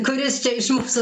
kuris čia iš mūsų